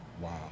Wow